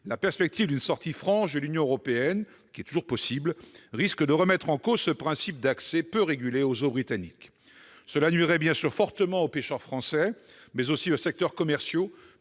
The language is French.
la perspective d'une sortie franche de l'Union européenne- toujours possible -risque de remettre en cause le principe d'un accès peu régulé aux eaux britanniques. Cela nuirait fortement aux pêcheurs français, mais aussi au secteur commercial,